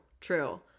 true